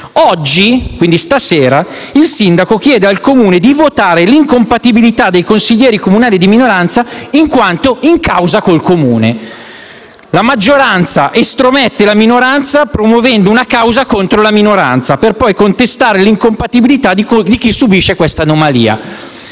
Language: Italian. minoranza. Stasera il sindaco chiede al Comune di votare l'incompatibilità dei consiglieri comunali di minoranza in quanto in causa con il Comune. In pratica, la maggioranza estromette la minoranza, promuovendo una causa contro la minoranza, per poi contestare l'incompatibilità di chi subisce questa anomalia.